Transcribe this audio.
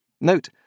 Note